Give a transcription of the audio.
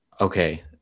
okay